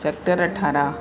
sector अठाराह